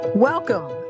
Welcome